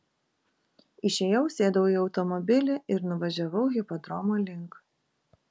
išėjau sėdau į automobilį ir nuvažiavau hipodromo link